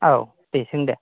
औ दे सों दे